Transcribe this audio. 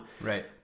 Right